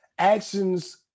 Actions